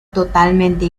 totalmente